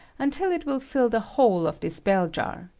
until it will fill the whole of this bell-jar,